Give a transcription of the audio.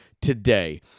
today